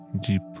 deep